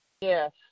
Yes